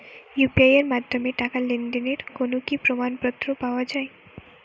UPI এর মাধ্যমে টাকা লেনদেনের কোন কি প্রমাণপত্র পাওয়া য়ায়?